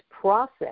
process